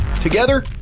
Together